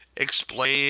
Explain